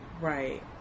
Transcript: right